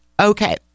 Okay